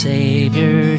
Savior